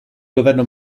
governo